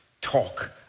talk